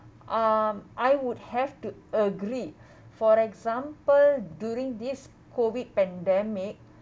um I would have to agree for example during this COVID pandemic